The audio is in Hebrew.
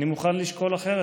אני מוכן לשקול אחרת.